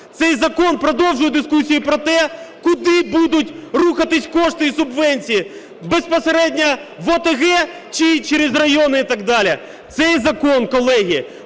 Цей закон продовжує дискусію про те, куди будуть рухатись кошти і субвенції: безпосередньо в ОТГ чи через райони і так далі. Цей закон, колеги,